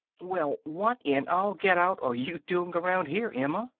well, what in all get-out are you doing around here, emma?